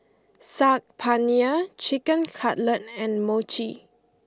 Saag Paneer Chicken Cutlet and Mochi